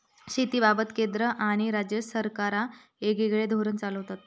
शेतीबाबत केंद्र आणि राज्य सरकारा येगयेगळे धोरण चालवतत